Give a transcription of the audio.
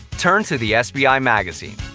turn to the sbi magazine.